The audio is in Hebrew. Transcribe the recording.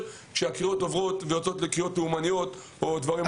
כשהקריאות הופכות לקריאות לאומניות או דברים כאלה.